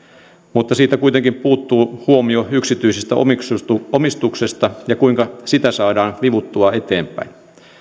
mutta siitä kuitenkin puuttuu huomio yksityisestä omistuksesta ja siitä kuinka sitä saadaan vivuttua eteenpäin